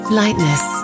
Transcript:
lightness